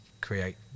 create